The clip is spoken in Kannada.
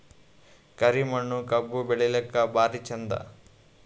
ಕರಿ ಮಣ್ಣು ಕಬ್ಬು ಬೆಳಿಲ್ಲಾಕ ಭಾರಿ ಚಂದ?